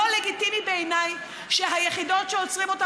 לא לגיטימי בעיניי שהיחידות שעוצרים אותן